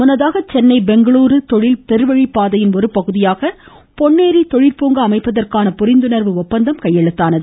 முன்னதாக சென்னை பெங்களுர் தொழில் பெருவழிபாதையின் ஒரு பகுதியாக பொன்னேரி தொழிற்பூங்கா அமைப்பதற்கான புரிந்துணா்வு ஒப்பந்தம் கையெழுத்தானது